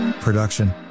Production